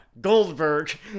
Goldberg